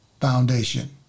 foundation